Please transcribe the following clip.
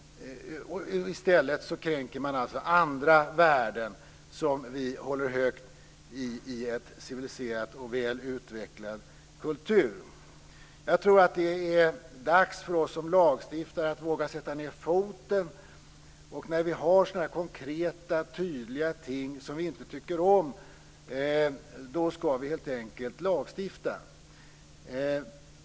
I stället kränker man andra värden som vi håller högt i en civiliserad och väl utvecklad kultur. Jag tror att det är dags för oss som lagstiftare att våga sätta ned foten. När vi har sådana konkreta tydliga ting som vi inte tycker om skall vi helt enkelt lagstifta.